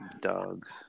dogs